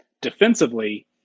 Defensively